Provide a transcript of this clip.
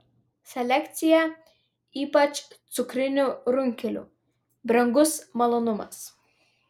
selekcija ypač cukrinių runkelių brangus malonumas